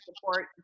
support